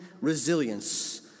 resilience